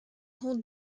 holds